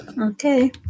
Okay